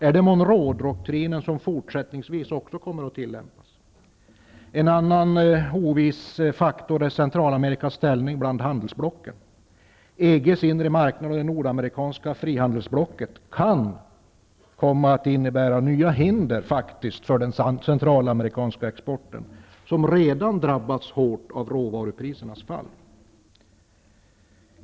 Är det Monroedoktrinen som också fortsättningsvis kommer att tillämpas? En annan oviss faktor är Centralamerikas ställning mellan handelsblocken. EG:s inre marknad och det nordamerikanska frihandelsblocket kan komma att innebära nya hinder för den centralamerikanska exporten -- som redan drabbats hårt av råvaruprisernas fall.